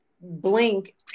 blink